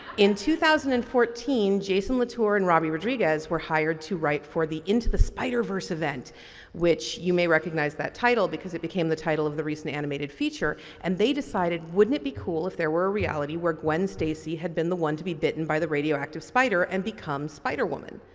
in two thousand and fourteen jason lotour and robbi rodriguez were hired to write for the into the spider verse event which you may recognize that title because it became the title of the recent animated feature and they decided wouldn't it be cool if there were a reality where gwen stacy had been the one to be bitten by the radioactive spider and become spider woman.